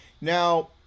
Now